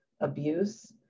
abuse